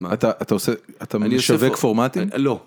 אתה אתה עושה אתה משווק פורמטים לא.